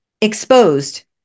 exposed